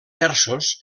terços